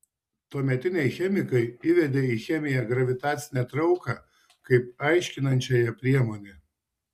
tuometiniai chemikai įvedė į chemiją gravitacinę trauką kaip aiškinančiąją priemonę